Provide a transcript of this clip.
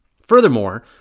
Furthermore